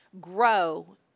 grow